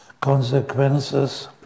consequences